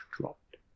dropped